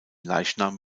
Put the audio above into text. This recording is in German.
leichnam